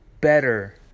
better